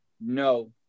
no